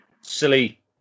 silly